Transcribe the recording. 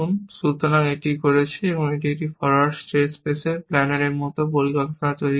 সুতরাং এটি করছে এটি একটি ফরোয়ার্ড স্টেট স্পেস প্ল্যানারের মতো পরিকল্পনা তৈরি করছে